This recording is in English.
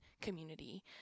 community